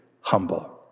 humble